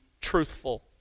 truthful